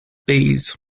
bees